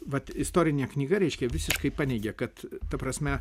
vat istorinė knyga reiškia visiškai paneigia kad ta prasme